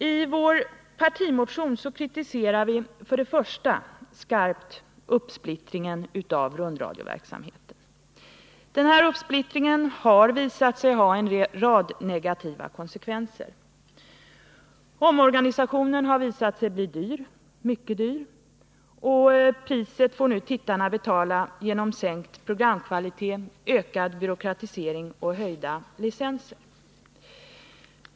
I vår partimotion kritiserar vi för det första skarpt uppsplittringen av rundradioverksamheten. Denna uppsplittring har visat sig få en rad negativa konsekvenser. Omorganisationen har visat sig bli dyr — mycket dyr — och 41 priset får nu tittarna betala genom sänkt programkvalitet, ökad byråkratisering och höjda licenser.